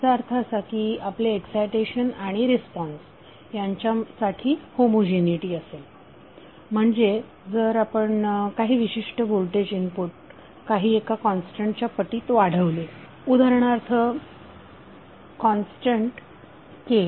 याचा अर्थ असा की आपले एक्सायटेशन आणि रिस्पॉन्स यांच्यासाठी होमोजिनीटी असेल म्हणजे जर आपण काही विशिष्ट व्होल्टेज इनपुट काही एका कॉन्स्टंटच्या पटीत वाढवले उदाहरणार्थ कॉन्स्टंट K